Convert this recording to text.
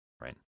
right